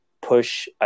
push